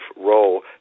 role